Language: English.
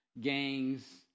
gangs